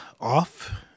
off